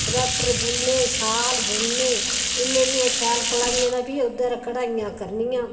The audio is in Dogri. स्बेटर बुनने शाल बुनने इन्नी इन्नी शैल सलाइयें कन्नै फ्ही ओह्दे उप्पर कढाई करनी